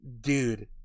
dude